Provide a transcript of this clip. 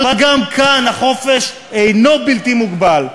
אבל גם כאן החופש אינו בלתי מוגבל.